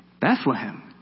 Bethlehem